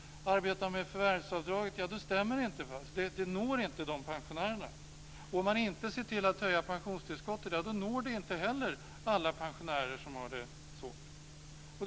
Arbetar man med förvärvsavdraget stämmer det inte. Det når inte de pensionärerna. Om man inte ser till att höja pensionstillskottet når det inte heller alla pensionärer som har det svårt.